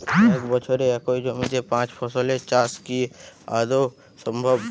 এক বছরে একই জমিতে পাঁচ ফসলের চাষ কি আদৌ সম্ভব?